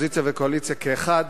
אופוזיציה וקואליציה כאחד,